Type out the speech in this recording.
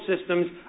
systems